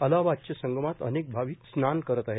अलाहाबादमधे संगमात अनेक भाविक स्नान करत आहेत